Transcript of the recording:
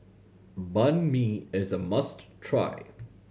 Banh Mi is a must try